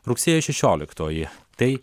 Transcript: rugsėjo šešioliktoji tai